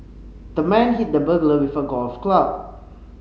the man hit the burglar with a golf club